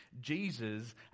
Jesus